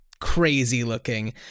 crazy-looking